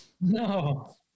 No